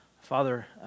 Father